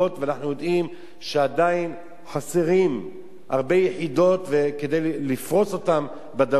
ואנחנו יודעים שעדיין חסרות הרבה יחידות כדי לפרוס אותן בדרום,